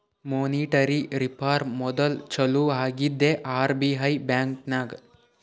monetary reform module ಚಾಲೂ ಆಗಿದ್ದೆ RBI ಬ್ಯಾಂಕ್ನಾಗ್